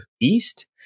east